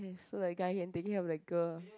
so the guy can take care of the girl